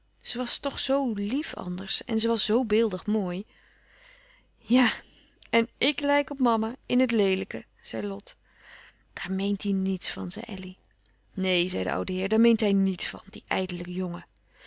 was toch zoo lief anders en ze was zoo beeldig mooi ja en ik lijk op mama in het leelijke zei lot daar meent hij niets van zei elly neen zei de oude heer daar meent hij niets van die ijdele jongen